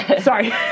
sorry